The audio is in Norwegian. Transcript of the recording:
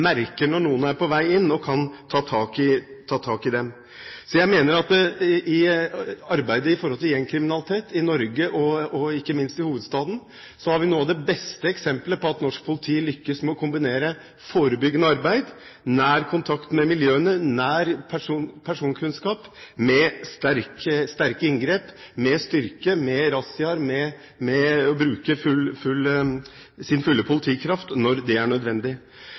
merker når noen er på vei inn og kan ta tak i det. Jeg mener at i arbeidet med gjengkriminalitet i Norge og ikke minst i hovedstaden har vi noen av de beste eksemplene på at norsk politi lykkes med å kombinere forebyggende arbeid, nær kontakt med miljøene og nær personkunnskap med sterke inngrep, med styrke, med rassiaer og med å bruke sin fulle politikraft når det er nødvendig.